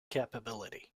capability